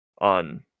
on